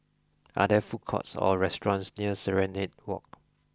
are there food courts or restaurants near Serenade Walk